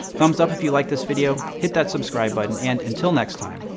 thumbs up if you liked this video. hit that subscribe button. and until next time,